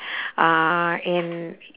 uh and